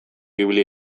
ibili